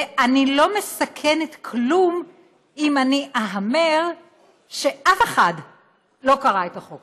ואני לא מסכנת כלום אם אני אהמר שאף אחד לא קרא את החוק